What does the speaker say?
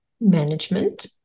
management